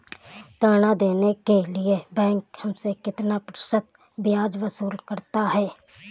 ऋण देने के लिए बैंक हमसे कितना प्रतिशत ब्याज वसूल करता है?